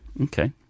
Okay